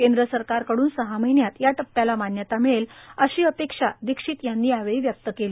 केंद्र सरकारकडून सहा महिन्यात या टप्प्याला मान्यता मिळेल अशी अपेक्षा दीक्षित यांनी यावेळी व्यक्त केली